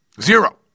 Zero